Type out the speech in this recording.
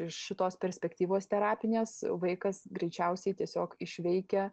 iš šitos perspektyvos terapinės vaikas greičiausiai tiesiog išveikia